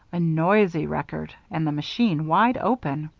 a noisy record and the machine wide open.